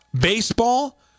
Baseball